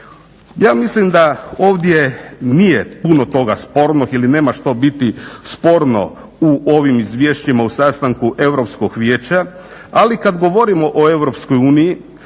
Ja mislim da ovdje nije puno toga spornog jer i nema što biti sporno u ovim izvješćima o sastanku Europskog vijeća, ali kad govorimo o Europskoj uniji